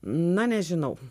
na nežinau